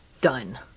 done